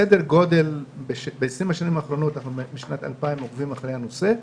ב-20 השנים האחרונות,